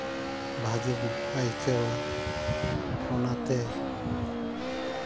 ᱵᱷᱟᱹᱜᱤᱧ ᱟᱹᱭᱠᱟᱹᱣᱟ ᱚᱱᱟᱛᱮ